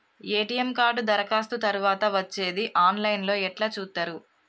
ATM card దరఖాస్తు తరువాత వచ్చేది ఆన్ లైన్ లో ఎట్ల చూత్తరు?